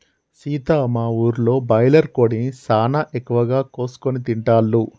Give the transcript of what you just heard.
సీత మా ఊరిలో బాయిలర్ కోడిని సానా ఎక్కువగా కోసుకొని తింటాల్లు